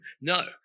No